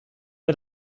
wir